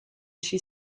she